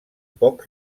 poc